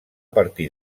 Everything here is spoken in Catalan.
partir